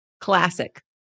Classic